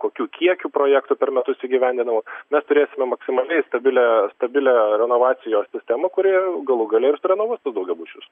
kokiu kiekiu projektų per metus įgyvendinama mes turėsime maksimaliai stabilią stabilią renovacijos sistemą kuri galų gale ir surenovuos tuos daugiabučius